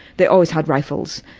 they always had rifles,